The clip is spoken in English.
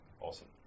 Awesome